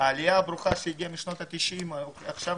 העלייה הברוכה שהגיעה בשנות ה-90 עכשיו